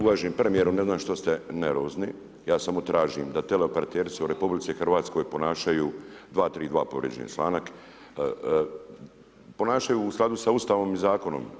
Uvaženi premijeru, ne znam što ste nervozni, ja samo tražim da tele operateri su u RH ponašaju, 232 povrijeđeni je članak, ponašaju u skladu sa Ustavom i Zakonom.